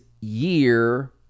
year